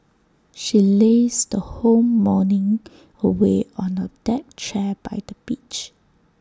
she lazed her whole morning away on A deck chair by the beach